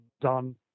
done